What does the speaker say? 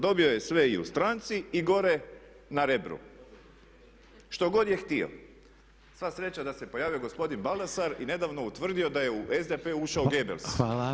Dobio je sve i u stranci i gore na Rebru, što god je htio." Sva sreća da se pojavio gospodin Baldasar i nedavno utvrdio da je u SDP ušao Goebbels.